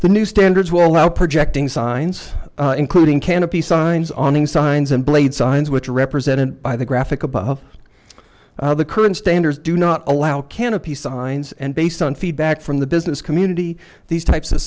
the new standards will allow projecting signs including canopy signs on ng signs and blade signs which are represented by the graphic above the current standards do not allow canopy signs and based on feedback from the business community these types of